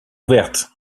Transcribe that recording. ouvertes